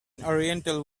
oriental